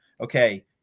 okay